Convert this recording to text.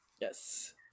Yes